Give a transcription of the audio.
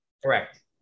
Correct